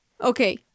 Okay